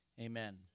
amen